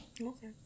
okay